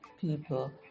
people